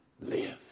live